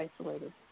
isolated